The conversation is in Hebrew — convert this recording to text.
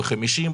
ב-50%,